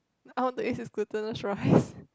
I want to eat his glutinous rice